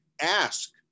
Ask